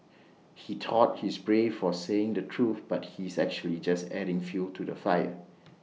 he thought he's brave for saying the truth but he's actually just adding fuel to the fire